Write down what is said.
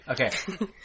Okay